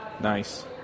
Nice